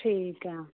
ਠੀਕ ਐ